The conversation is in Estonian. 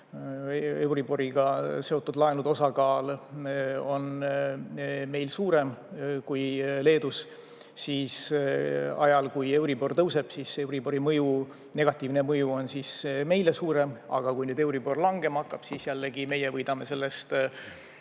euriboriga seotud laenude osakaal on meil suurem kui Leedus, siis ajal, kui euribor tõuseb, euribori negatiivne mõju on meile suurem, aga kui euribor langema hakkab, siis jällegi meie võidame sellest